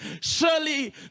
Surely